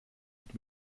mit